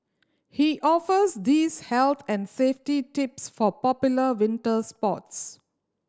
he offers these health and safety tips for popular winter sports